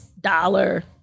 dollar